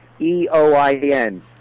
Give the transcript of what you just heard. E-O-I-N